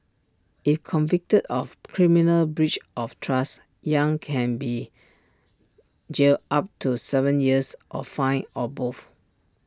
if convicted of criminal breach of trust yang can be jailed up to Seven years or fined or both